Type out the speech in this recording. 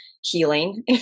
healing